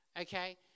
Okay